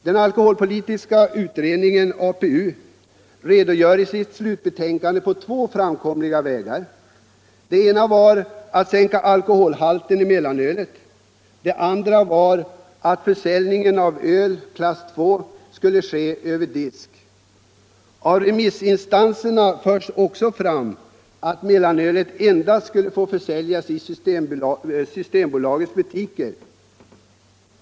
Den alkoholpolitiska utredningen redogör i sitt slutbetänkande för två framkomliga vägar. Den ena vägen är att sänka alkoholhalten i mellanölet, den andra vägen är att försäljning av öl klass II skall ske över disk. Av remissinstanserna förs också fram kravet att mellanölet endast skall få försäljas i Systembolagets butiker.